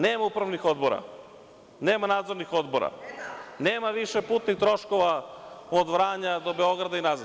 Nema upravnih odbora, nema nadzornih odbora, nema više putnih troškova od Vranja do Beograda i nazad.